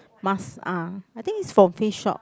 mask ah I think it's from Face-Shop